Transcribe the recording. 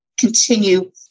continue